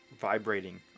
vibrating